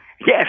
Yes